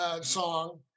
song